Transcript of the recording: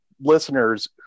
listeners